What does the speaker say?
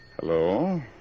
Hello